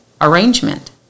arrangement